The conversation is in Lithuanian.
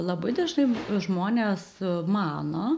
labai dažnai žmonės mano